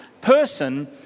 person